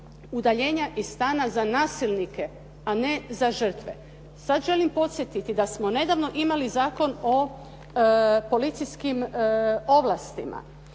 udaljenja iz stana za nasilnike, a ne za žrtve. Sad želim podsjetiti da smo nedavno imali Zakon o policijskim ovlastima.